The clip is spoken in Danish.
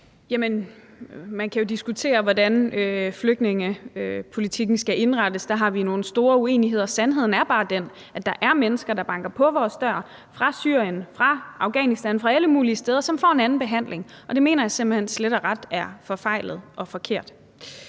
Man kan jo diskutere, hvordan flygtningepolitikken skal indrettes. Der har vi nogle store uenigheder. Sandheden er bare den, at der er mennesker, der banker på vores dør, fra Syrien, fra Afghanistan, fra alle mulige steder, som får en anden behandling, og det mener jeg simpelt hen slet og ret er forfejlet og forkert.